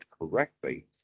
correctly